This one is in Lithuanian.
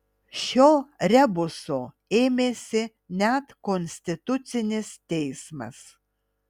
šio rebuso ėmėsi net konstitucinis teismas